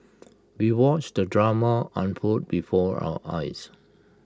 we watched the drama unfold before our eyes